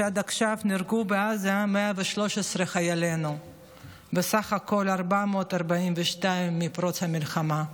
שעד עכשיו נהרגו בעזה 113 מחיילינו וסך הכול נהרגו 442 מפרוץ המלחמה.